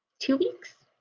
two weeks?